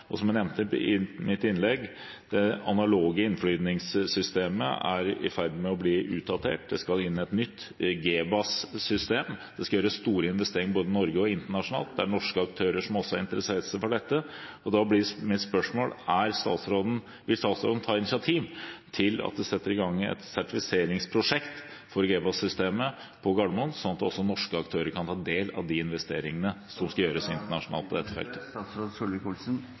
har. Som jeg nevnte i mitt innlegg, er det analoge innflygningssystemet i ferd med å bli utdatert, og det skal inn et nytt GBAS-system. Det skal gjøres store investeringer både i Norge og internasjonalt. Det er norske aktører som også interesserer seg for dette, og da blir mitt spørsmål: Vil statsråden ta initiativ til å sette i gang et sertifiseringsprosjekt for GBAS-systemet på Gardermoen, slik at også norske aktører kan ta del i de investeringene som skal gjøres internasjonalt? Når det gjelder både teknologibruk på